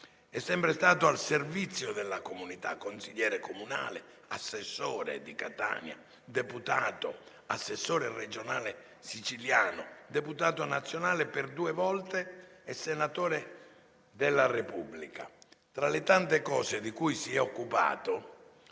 È sempre stato al servizio della comunità, consigliere comunale, assessore di Catania, deputato ed assessore regionale siciliano, deputato nazionale per due volte e senatore della Repubblica. Tra le tante cose di cui si è occupato,